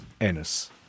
Ennis